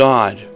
God